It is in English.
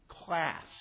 Class